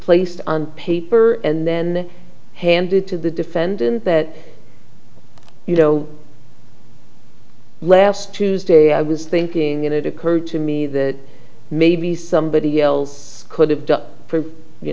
placed on paper and then handed to the defendant that you know last tuesday i was thinking and it occurred to me that maybe somebody else could have done for you